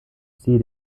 siehe